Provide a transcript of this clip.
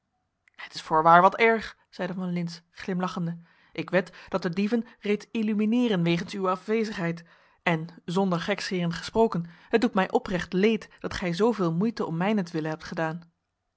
het is voorwaar wat erg zeide van lintz glimlachende ik wed dat de dieven reeds illumineeren wegens uwe afwezigheid en zonder gekscheren gesproken het doet mij oprecht leed dat gij zooveel moeite om mijnentwille hebt gedaan